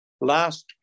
last